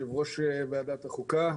יושב-ראש ועדת חוקה,